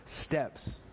steps